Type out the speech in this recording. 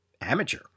amateur